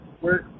work